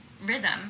rhythm